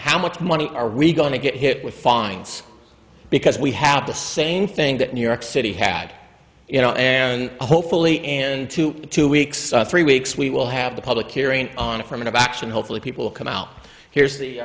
how much money are we going to get hit with fines because we have the same thing that new york city had you know and hopefully and to two weeks three weeks we will have the public hearing on affirmative action hopefully people come out here's the